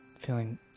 feeling